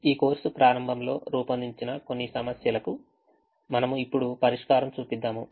ఈ కోర్సు ప్రారంభంలో రూపొందించిన కొన్నిసమస్యలకు మనము ఇప్పుడు పరిష్కారం చూపిద్దాము